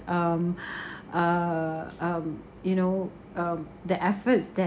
um uh um you know um the efforts that